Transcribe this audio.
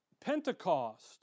Pentecost